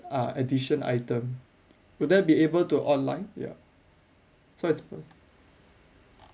uh edition item would that be able to online yup so it's po~